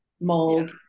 mold